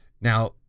Now